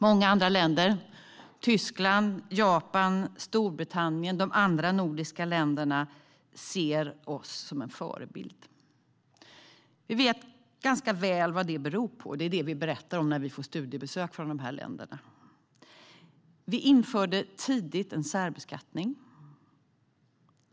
Många andra länder - Tyskland, Japan, Storbritannien och de andra nordiska länderna - ser oss som en förebild. Vi vet ganska väl vad det beror på. Det är det vi berättar om när vi får studiebesök från de här länderna. Vi införde tidigt en särbeskattning.